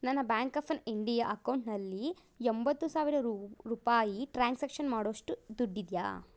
ನನ್ನ bank of ಎನ್ India ಅಕೌಂಟ್ನಲ್ಲಿ ಎಂಬತ್ತು ಸಾವಿರ ರೂಪಾಯಿ ಟ್ರಾನ್ಸಕ್ಷನ್ ಮಾಡೋಷ್ಟು ದುಡ್ಡಿದೆಯಾ